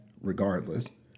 regardless